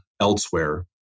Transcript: elsewhere